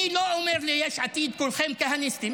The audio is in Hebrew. אני לא אומר ליש עתיד שכולכם כהניסטים.